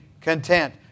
content